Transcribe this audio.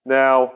now